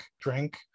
drink